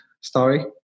story